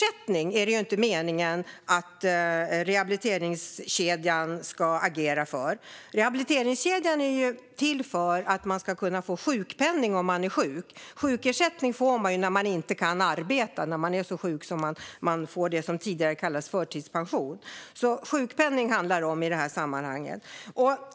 Men det är ju inte meningen att rehabiliteringskedjan ska agera för sjukersättning, utan den är till för att man ska kunna få sjukpenning om man är sjuk. Sjukersättning får man ju när man inte kan arbeta, när man är så sjuk att man får det som tidigare kallades förtidspension. Sjukpenning handlar det om i det här sammanhanget.